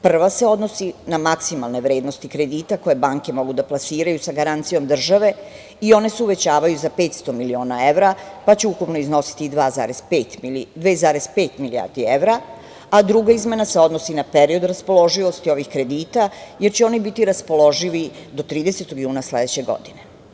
Prva se odnosi na maksimalne vrednosti kredita koje banke mogu da plasiraju sa garancijom države i one se uvećavaju za 500 miliona evra, pa će ukupno iznositi 2,5 milijarde evra, a druga izmena se odnosi na period raspoloživosti ovih kredita, jer će oni biti raspoloživi do 30 juna sledeće godine.